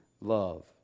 love